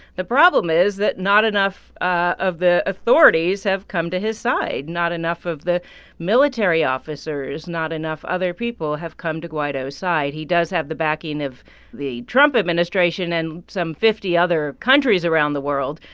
the problem is that not enough of the authorities have come to his side. not enough of the military officers, not enough other people have come to guaido's side. he does have the backing of the trump administration and some fifty other countries around the world.